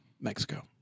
Mexico